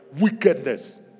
Wickedness